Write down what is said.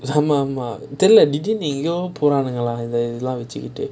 ஆமா ஆமா திடீருனு எங்கயோ:aamaa aamaa thidirunu engayo இதலம் வெச்சிக்கிட்டு:ithalaam vechikittu